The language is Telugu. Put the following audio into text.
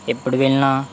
ఎప్పుడు వెళ్ళినా